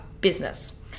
business